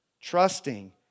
Trusting